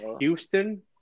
Houston